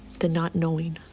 the not knowing.